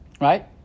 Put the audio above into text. Right